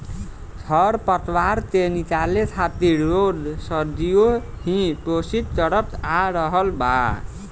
खर पतवार के निकाले खातिर लोग सदियों ही कोशिस करत आ रहल बा